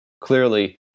Clearly